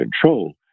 control